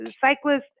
cyclists